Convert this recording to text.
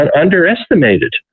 underestimated